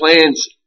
plans